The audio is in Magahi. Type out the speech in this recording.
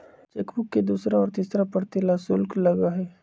चेकबुक के दूसरा और तीसरा प्रति ला शुल्क लगा हई